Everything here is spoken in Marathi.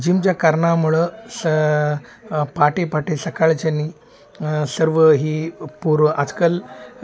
जिमच्या कारणामुळं स पा पहाटे पहाटे सकाळच्यानी सर्व ही पोरं आजकाल